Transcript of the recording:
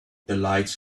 lights